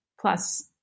plus